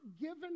given